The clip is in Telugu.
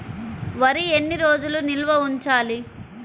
వరి ఎన్ని రోజులు నిల్వ ఉంచాలి?